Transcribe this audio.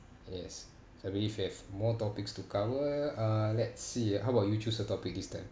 yes so I believe we have more topics to cover uh let's see how about you choose a topic this time